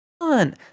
on